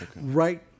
Right